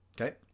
Okay